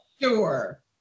sure